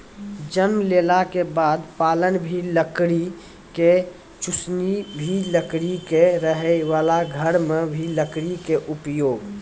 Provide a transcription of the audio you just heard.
जन्म लेला के बाद पालना भी लकड़ी के, चुसनी भी लकड़ी के, रहै वाला घर मॅ भी लकड़ी के उपयोग